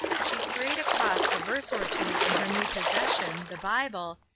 she strayed across a verse or two in her new possession, the bible,